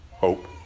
hope